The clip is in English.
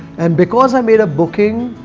and because i made a booking.